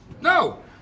No